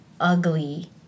ugly